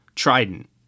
trident